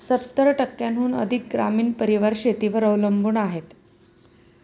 सत्तर टक्क्यांहून अधिक ग्रामीण परिवार शेतीवर अवलंबून आहेत